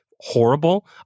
horrible